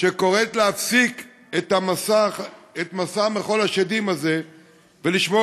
שקוראת להפסיק את מסע מחול השדים הזה ולשמור